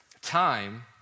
time